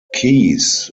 keyes